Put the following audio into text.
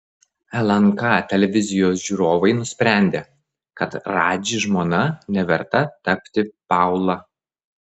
lnk televizijos žiūrovai nusprendė kad radži žmona neverta tapti paula